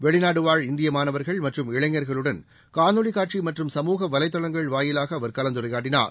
வெளிநாடுவாழ் இந்திய மாணவர்கள் மற்றும் இளைஞர்களுடன் காணொலி காட்சி மற்றும் சமூக வலைதளங்கள் வாயிலாக அவர் கலந்துரையாடினார்